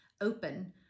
open